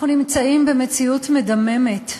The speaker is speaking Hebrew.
אנחנו נמצאים במציאות מדממת,